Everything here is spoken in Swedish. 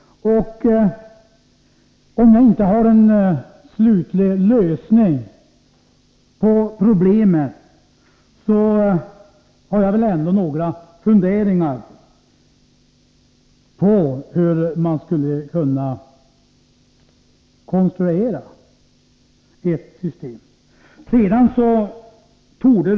Om jag inte har en slutlig lösning på problemet, har jag ändå några funderingar om hur man skulle kunna konstruera ett system.